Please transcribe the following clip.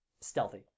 stealthy